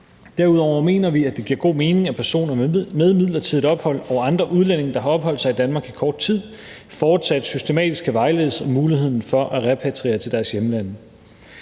Derudover mener vi, at det giver god mening, at personer med midlertidigt ophold og andre udlændinge, der har opholdt sig i Danmark i kort tid, fortsat systematisk skal vejledes om muligheden for at repatriere til deres hjemlande.